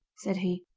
said he,